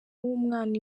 w’umwana